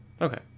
Okay